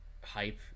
hype